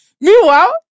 Meanwhile